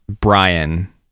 Brian